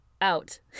out